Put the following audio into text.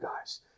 guys